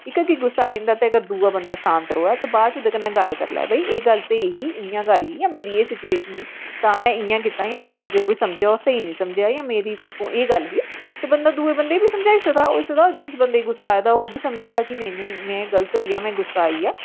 इक गी गुस्सा आई गेआ ते दूआ बंदा शांत रवै ते बाद च ओह्दे कन्नै गल्ल करी लै कि भाई एह् गल्ल स्हेई ही इ'यां गल्ल ही जां मेरी एह् सिचुएश्न् ही तां में इ'यां कीता तुसें जो बी समझेआ ओह् स्हेई नीं समझेआ जां मेरी तरफूं एह् गल्ल ही ते बंदा दूए बंदे गी बी समझाई सकदा होई सकदा जिस बंदे गी गुस्सा आए दा होए ओह् बी समझी जा कि नेईं में गलत होई गेआ मीं गुस्सा आई गेआ